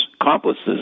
accomplices